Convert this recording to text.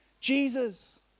Jesus